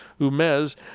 Umez